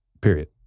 Period